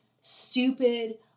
stupid